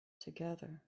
together